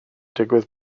digwydd